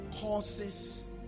causes